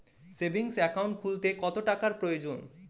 Savings account খুলতে কত টাকার প্রয়োজন?